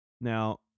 now